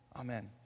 Amen